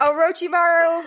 Orochimaru